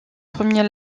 premier